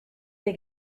des